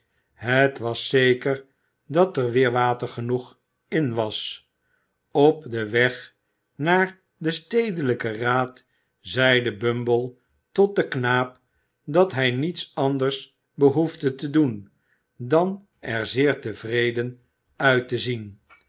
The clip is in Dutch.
het was zeker dat er weer water genoeg in was op den weg naar den stedelijken raad zeide bumble tot den knaap dat hij niets anders behoefde te doen dan er zeer tevreden uit te zien